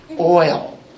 oil